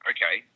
Okay